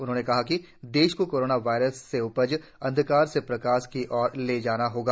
उन्होंने कहा कि देश को कोरोना वायरस से उपजे अंधकार से प्रकाश की ओर ले जाना होगा